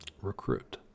recruit